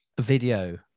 video